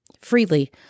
freely